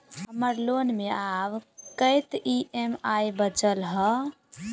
हम्मर लोन मे आब कैत ई.एम.आई बचल ह?